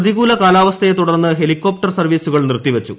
പ്രതികൂല കാലാവസ്ഥയെ തുടർന്ന് ഹെലികോപ്ടർ സർവ്വീസുകൾ നിർത്തിവച്ചു